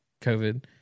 covid